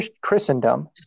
Christendom